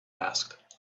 asked